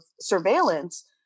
surveillance